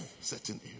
Certain